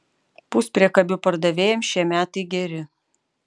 puspriekabių pardavėjams šie metai geri